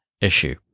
issue